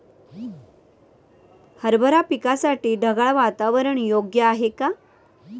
हरभरा पिकासाठी ढगाळ वातावरण योग्य आहे का?